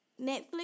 Netflix